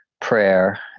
prayer